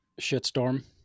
shitstorm